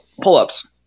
pull-ups